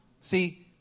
See